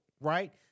right